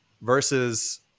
versus